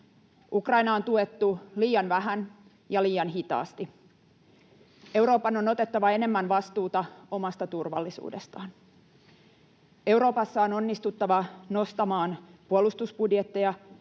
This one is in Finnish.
Ukrainaa on tuettu liian vähän ja liian hitaasti. Euroopan on otettava enemmän vastuuta omasta turvallisuudestaan. Euroopassa on onnistuttava nostamaan puolustusbudjetteja